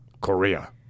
Korea